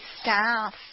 staff